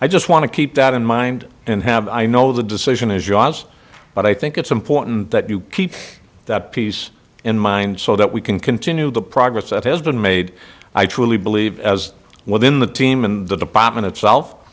i just want to keep that in mind and have i know the decision is yours but i think it's important that you keep that piece in mind so that we can continue the progress that has been made i truly believe as well in the team and the department itself